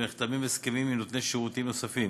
ונחתמים הסכמים עם נותני שירותים נוספים.